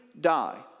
die